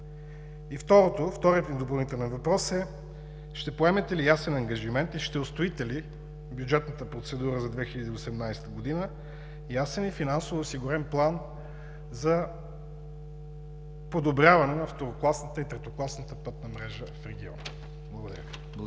– Ботевград. Вторият ми допълнителен въпрос е: ще поемете ли ясен ангажимент и ще устроите ли в бюджетната процедура за 2018 г., ясен и финансово осигурен план за подобряване на второкласната и третокласната пътна мрежа в региона? Благодаря.